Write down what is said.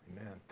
Amen